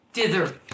Dither